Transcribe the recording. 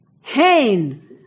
Hain